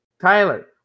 Tyler